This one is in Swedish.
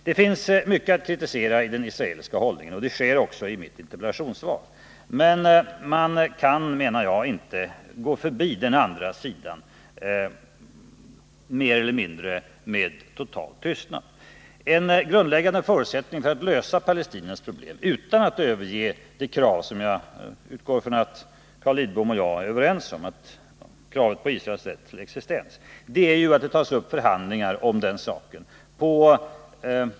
Det finns mycket att kritisera i den israeliska hållningen, och det sker också i mitt interpellationssvar. Men man kan, menar jag, inte förbigå kritik av den andra sidan med en mer eller mindre total tystnad. En grundläggande förutsättning för att lösa palestiniernas problem utan att överge det krav som jag utgår från att Carl Lidbom och jag är överens om, nämligen kravet på Israels rätt till existens, är att det tas upp förhandlingar om den saken.